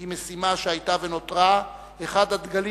הם משימה שהיתה ונותרה אחד הדגלים